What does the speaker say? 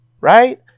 right